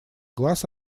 глаз